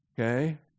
Okay